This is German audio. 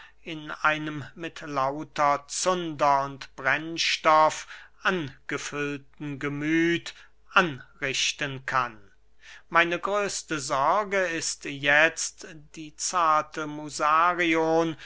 in einem mit lauter zunder und brennstoff angefüllten gemüth anrichten kann meine größte sorge ist jetzt die zarte musarion